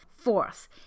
Fourth